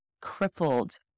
crippled